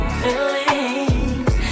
feelings